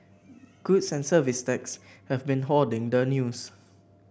goods and Services Tax has been hoarding the news